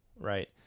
Right